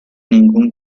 ningún